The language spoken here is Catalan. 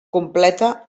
completa